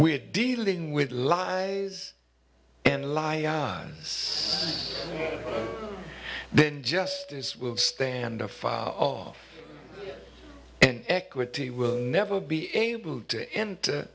we're dealing with lies and lie eyes then justice will stand or fall off and equity will never be able to en